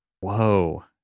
Whoa